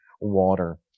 water